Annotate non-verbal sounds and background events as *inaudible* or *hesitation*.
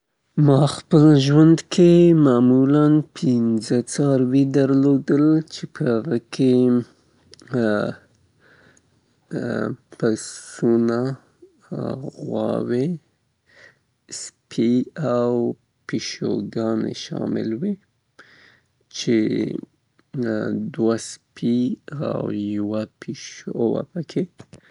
ما په خپل ژوند کې مختلف څاروي درلودلي، *hesitation* لکه سپی ، پیشو، خرګوش البته هر یو یې جلا ساتنه غواړي او په ښه شکل باید ساتنه ورنه وشي. *hesitation* غواګانې، پسونه او نور کورني څاروي.